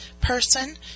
person